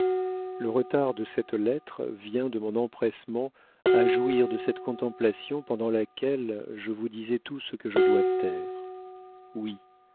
le retard de cette lettre vient de mon empressement à jouir de cette contemplation pendant laquelle je vous disais tout ce que je dois taire oui